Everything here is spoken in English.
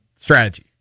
strategy